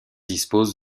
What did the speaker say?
dispose